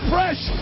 Fresh